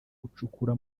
gucukura